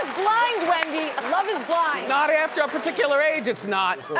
blind wendy, love is blind. not after a particular age it's not.